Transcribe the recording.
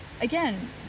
Again